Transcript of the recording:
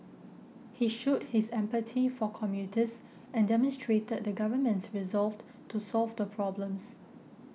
he showed his empathy for commuters and demonstrated the government's resolve to solve the problems